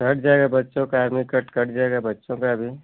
cut जाएगा बच्चों का आर्मी कट कट जाएगा बच्चों का भी